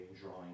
drawing